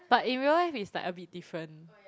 but in real life it's like a bit different